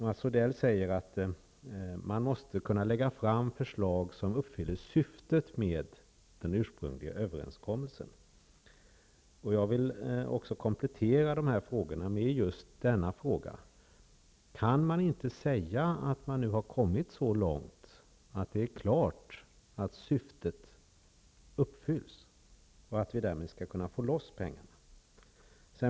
Mats Odell säger att man måste lägga fram förslag som uppfyller syftet med den ursprungliga överenskommelsen. Jag vill komplettera dessa frågor med denna fråga: Kan man inte säga att man nu har kommit så långt att det är klart att syftet uppfylls, och att vi därmed skall kunna få loss pengarna?